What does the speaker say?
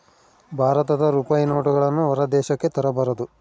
ಭಾರತದ ರೂಪಾಯಿ ನೋಟುಗಳನ್ನು ಹೊರ ದೇಶಕ್ಕೆ ತರಬಾರದು